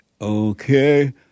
Okay